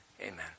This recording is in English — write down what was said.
Amen